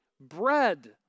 bread